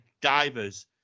divers